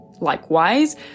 Likewise